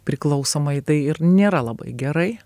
priklausomai tai ir nėra labai gerai